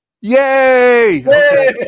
Yay